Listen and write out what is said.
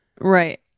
Right